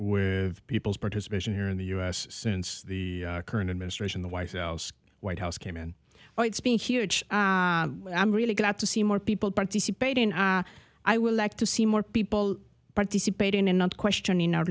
change people's participation here in the u s since the current administration the white house white house came in oh it's been huge i'm really glad to see more people participating i would like to see more people participating and not questioning our